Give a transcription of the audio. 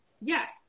Yes